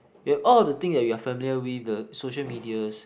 we have all of the thing you are familiar with the social medias